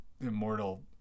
immortal